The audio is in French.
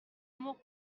amour